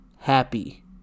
happy